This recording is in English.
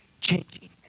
changing